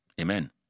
Amen